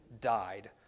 died